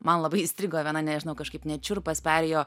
man labai įstrigo viena nežinau kažkaip net šiurpas perėjo